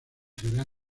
ciudad